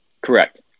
Correct